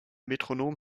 metronom